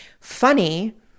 funny